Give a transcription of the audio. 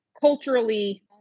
culturally